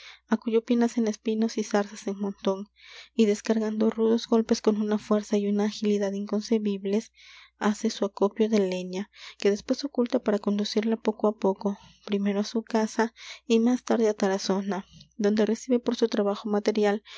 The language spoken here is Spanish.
á cuyo pie nacen espinos y zarzas en montón y descargando rudos golpes con una fuerza y una agilidad inconcebibles hace su acopio de leña que después oculta para conducirla poco á poco primero á su casa y más tarde á tarazona donde recibe por su trabajo material